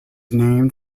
named